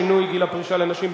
שינוי גיל פרישה לנשים),